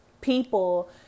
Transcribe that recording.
people